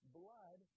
blood